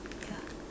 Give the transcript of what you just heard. ya